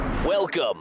welcome